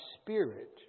spirit